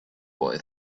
boy